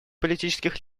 политических